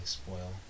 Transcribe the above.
spoil